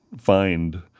find